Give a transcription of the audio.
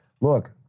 look